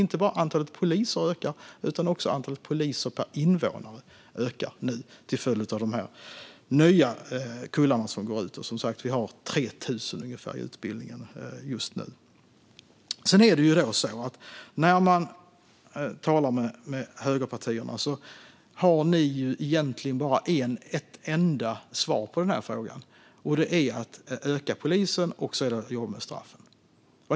Inte bara antalet poliser ökar alltså nu, utan också antalet poliser per invånare, till följd av att nya kullar nu går ut. Vi har som sagt ungefär 3 000 på utbildningarna just nu. När man talar med er i högerpartierna har ni egentligen bara ett enda svar på denna fråga, nämligen att öka antalet poliser och jobba med straffen.